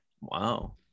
Wow